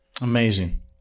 Amazing